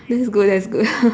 that's good that's good